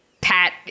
pat